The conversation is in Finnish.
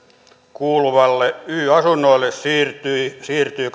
kuuluvalle y asunnoille siirtyi siirtyi